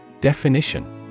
Definition